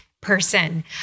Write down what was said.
person